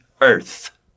earth